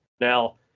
now